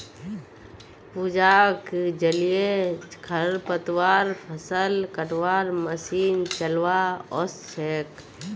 पूजाक जलीय खरपतवार फ़सल कटवार मशीन चलव्वा ओस छेक